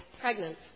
pregnant